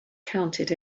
counted